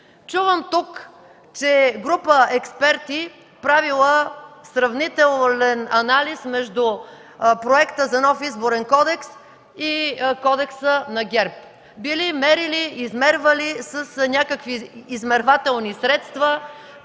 Чувам тук, че група експерти правила сравнителен анализ между Проекта за нов Изборен кодекс и Кодекса на ГЕРБ. Били мерили, измервали с някакви измервателни средства